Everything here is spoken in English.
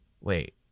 Wait